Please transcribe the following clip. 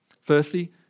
Firstly